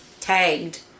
tagged